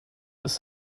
ist